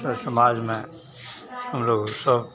और समाज में हम लोग को